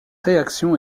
réaction